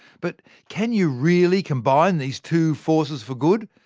but, can you really combine these two forces for good?